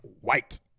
White